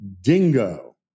DINGO